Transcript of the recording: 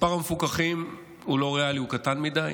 מספר המפוקחים הוא לא ריאלי, הוא קטן מדי,